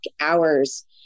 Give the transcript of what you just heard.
hours